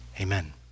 Amen